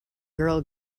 girl